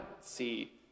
see